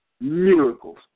miracles